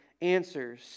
Answers